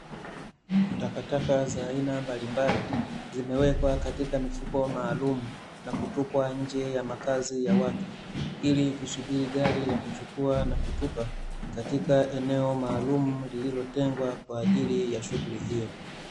Takataka za aina mbalimbali zimewekwa katika mifuko maalumu, na kutupwa nje ya makazi ya watu ili kusubiri gari la kuchukua na kutupa katika eneo maalumu , lililotengwa kwaajili ya shughuli hiyo.